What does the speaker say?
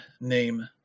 name